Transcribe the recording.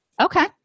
okay